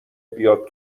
بیاد